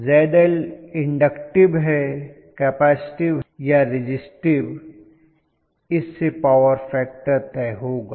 ZL inductive है capacitive या resistive इससे पॉवर फैक्टर तय होगा